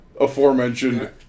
aforementioned